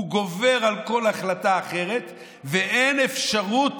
הוא גובר על כל החלטה אחרת ואין אפשרות